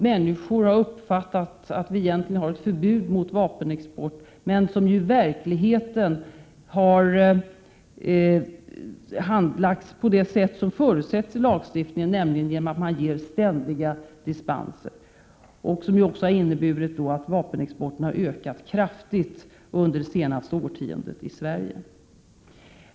Människor har alltså uppfattat att Sverige har ett förbud mot vapenexport men att det i verkligheten handläggs på ett sätt som förutsätts i lagstiftningen, nämligen så att det ständigt ges dispenser, vilket har inneburit att vapenex porten från Sverige har ökat kraftigt under det senaste årtiondet.